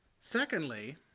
Secondly